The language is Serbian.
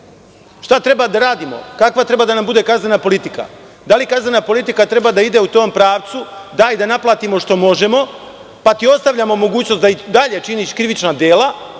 Šta treba da radimo, kakva treba da nam bude kaznena politika? Da li kaznena politika treba da ide u tom pravcu – daj da naplatimo šta možemo, pa ti ostavljamo mogućnost da i dalje činiš krivična dela,